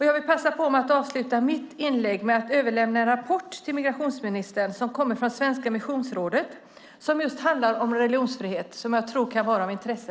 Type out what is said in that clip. Jag vill passa att avsluta mitt inlägg med att överlämna en rapport till migrationsministern från Svenska missionsrådet som just handlar om religionsfrihet och som jag tror kan vara av intresse.